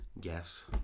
guess